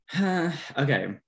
okay